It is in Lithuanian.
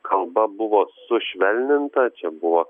kalba buvo sušvelninta čia buvo